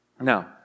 Now